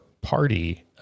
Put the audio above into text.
party